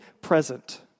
present